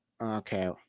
Okay